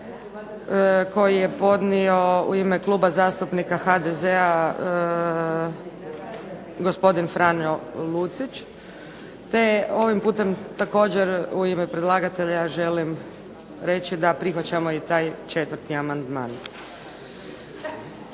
koji je podnio u ime Kluba zastupnika HDZ-a gospodin Franjo Lucić te ovim putem također u ime predlagatelja želim reći da prihvaćamo i taj četvrti amandman.